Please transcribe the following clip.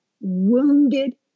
wounded